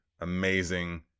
amazing